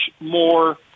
more